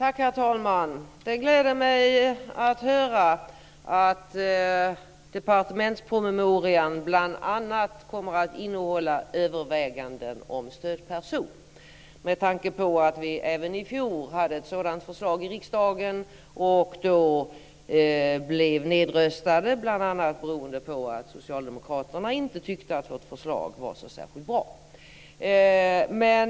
Herr talman! Det gläder mig att höra att departementspromemorian bl.a. kommer att innehålla överväganden om stödperson. Detta gör jag med tanke på att vi även i fjol hade ett sådant förslag i riksdagen och då blev nedröstade bl.a. beroende på att socialdemokraterna inte tyckte att vårt förslag var särskilt bra.